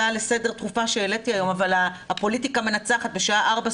ההסתדרות הרפואית דורון נצר ראש אגף רפואה,